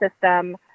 system